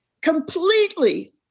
completely